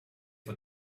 for